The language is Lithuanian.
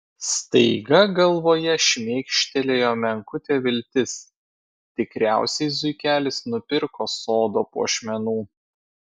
staiga galvoje šmėkštelėjo menkutė viltis tikriausiai zuikelis nupirko sodo puošmenų